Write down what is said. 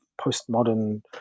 postmodern